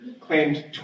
claimed